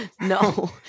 No